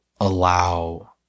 allow